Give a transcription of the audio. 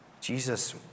Jesus